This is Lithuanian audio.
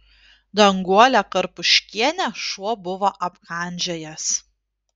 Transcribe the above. danguolę karpuškienę šuo buvo apkandžiojęs